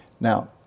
Now